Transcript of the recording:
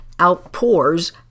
outpours